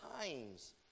times